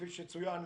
כפי שצוין,